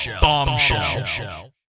Bombshell